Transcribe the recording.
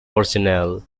personnel